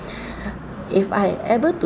if I able to